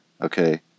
Okay